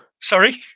Sorry